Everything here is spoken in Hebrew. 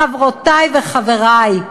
חברותי וחברי,